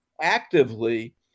actively